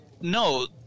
no